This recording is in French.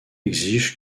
exigent